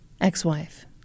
Ex-wife